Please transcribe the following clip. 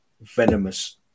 venomous